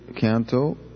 Canto